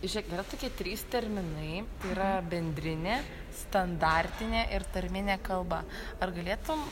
žėk dar yra tokie trys terminai tai yra bendrinė standartinė ir tarminė kalba ar galėtum